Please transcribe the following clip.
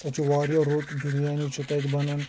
تتہِ چھِ واریاہ رُت بریانی چھِ تتہِ بنان